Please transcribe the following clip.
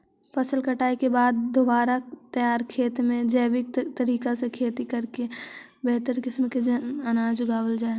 फसल कटाई के बाद दोबारा तैयार खेत में जैविक तरीका से खेती करके बेहतर किस्म के अनाज उगावल जा हइ